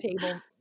table